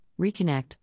reconnect